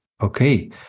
Okay